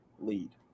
lead